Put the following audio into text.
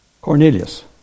Cornelius